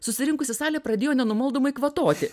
susirinkusi salė pradėjo nenumaldomai kvatoti